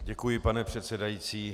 Děkuji, pane předsedající.